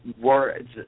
words